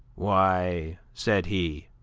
why, said he,